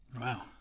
Wow